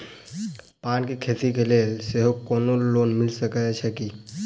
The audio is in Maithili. पान केँ खेती केँ लेल सेहो कोनो लोन मिल सकै छी की?